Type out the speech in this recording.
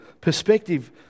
perspective